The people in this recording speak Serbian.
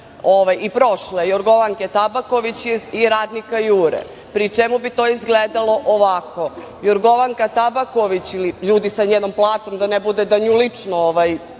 i prošle Jorgovanke Tabaković i radnika „Jure“, pri čemu bi to izgledalo ovako. Jorgovanka Tabaković ili ljudi sa njenom platom da ne bude da nju lično